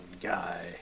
guy